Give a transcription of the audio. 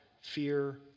fear